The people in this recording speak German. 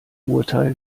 urteil